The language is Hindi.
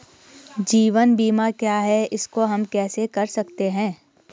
जीवन बीमा क्या है इसको हम कैसे कर सकते हैं?